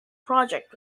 project